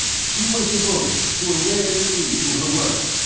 she was devoted, to a rare degree, to her work.